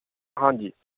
ਹਾਂਜੀ